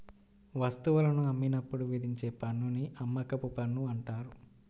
వస్తువులను అమ్మినప్పుడు విధించే పన్నుని అమ్మకపు పన్ను అంటారు